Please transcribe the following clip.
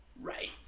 Right